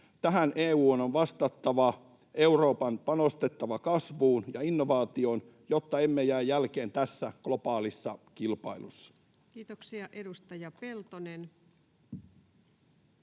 Tähän EU:n on vastattava, Euroopan panostettava kasvuun ja innovaatioon, jotta emme jää jälkeen tässä globaalissa kilpailussa. [Speech 138] Speaker: